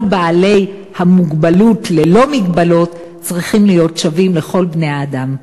כל בעלי המוגבלות ללא מגבלות צריכים להיות שווים לכל בני-האדם.